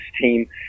team